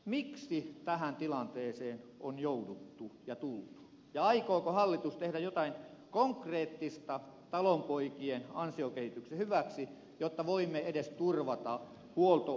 miksi tähän tilanteeseen on jouduttu ja tultu ja aikooko hallitus tehdä jotain konkreettista talonpoikien ansiokehityksen hyväksi jotta voimme turvata edes maamme huoltovarmuuden